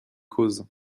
causes